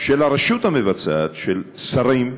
של הרשות המבצעת, של שרים,